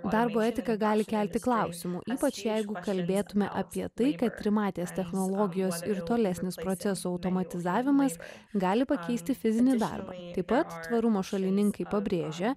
darbo etika gali kelti klausimų ypač jeigu kalbėtume apie tai kad trimatės technologijos ir tolesnis procesų automatizavimas gali pakeisti fizinį darbą taip pat tvarumo šalininkai pabrėžia